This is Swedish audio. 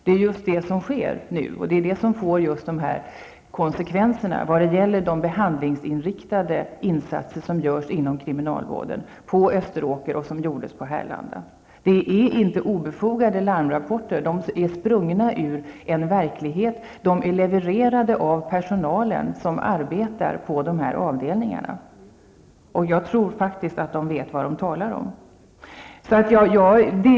Men så sker nu, vilket får dessa konsekvenser för de behandlingsinriktade insatser som görs inom kriminalvården, på Österåker och förut vid Det är inte fråga om obefogade larmrapporter. De är framsprungna ur en verklighet och levererade av den personal som arbetar på dessa avdelningar, och jag tror att personalen vet vad den talar om.